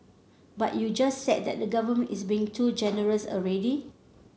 but you just said that the government is being too generous already